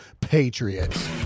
Patriots